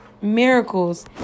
Miracles